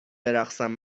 برقصم